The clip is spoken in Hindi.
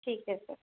ठीक है सर